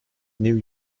new